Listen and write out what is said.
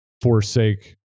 forsake